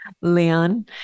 Leon